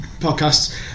podcasts